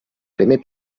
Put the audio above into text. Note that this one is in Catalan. primer